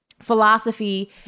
philosophy